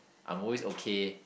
I'm always okay